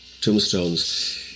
tombstones